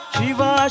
Shiva